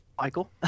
Michael